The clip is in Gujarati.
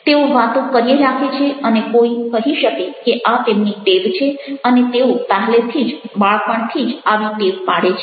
તેઓ વાતો કર્યે રાખે છે અને કોઈ કહી શકે કે આ તેમની ટેવ છે અને તેઓ પહેલેથી જ બાળપણથી જ આવી ટેવ પાડે છે